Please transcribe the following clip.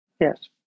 Yes